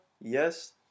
Yes